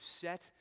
set